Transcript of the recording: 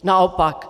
Naopak.